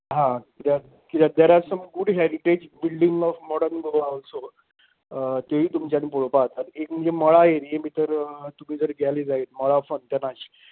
हां कित्याक कित्याक there are some good heritage buildings of modern Goa also तीय तुमच्यांनी पळोवपा जाता एक म्हणजे मळा एरिये भितर तुमी जर गेले जायत मळा फाँतेनाश